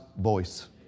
voice